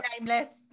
nameless